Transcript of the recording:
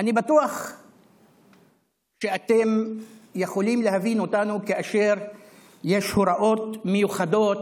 אני בטוח שאתם יכולים להבין אותנו כאשר יש הוראות מיוחדות